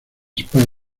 spider